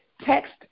Text